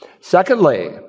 Secondly